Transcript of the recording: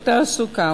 תעסוקה,